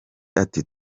ati